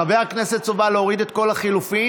חבר הכנסת סובה, להוריד את כל הלחלופין